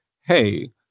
hey